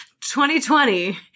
2020